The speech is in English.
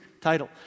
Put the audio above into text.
title